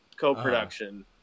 co-production